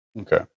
Okay